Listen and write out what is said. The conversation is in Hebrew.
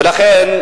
לכן,